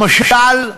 למשל,